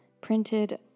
printed